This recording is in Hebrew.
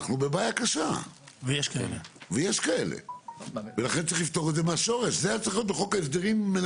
אנחנו חושבים שכדי לשקף את המצב הקיים שבו בעצם